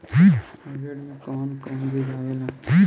Hybrid में कोवन कोवन बीज आवेला?